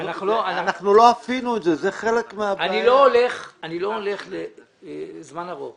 אני לא דוחה לזמן ארוך.